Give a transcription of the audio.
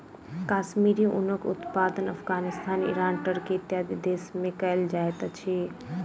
कश्मीरी ऊनक उत्पादन Afghanistan, Iran, Turkey, इत्यादि देश में कयल जाइत अछि